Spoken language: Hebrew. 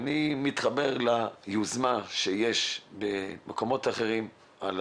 אני מתחבר ליוזמה שיש במקומות אחרים על